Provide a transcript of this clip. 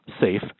safe